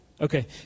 Okay